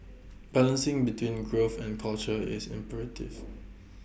balancing between growth and culture is imperative